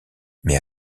mais